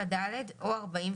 7ד או 43